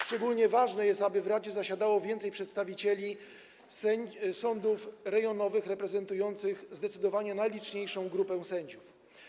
Szczególnie ważne jest, aby w radzie zasiadało więcej przedstawicieli sądów rejonowych, reprezentujących zdecydowanie najliczniejszą grupę sędziów.